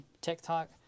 TikTok